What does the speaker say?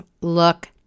look